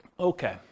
Okay